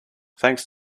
thanks